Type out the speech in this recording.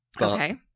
Okay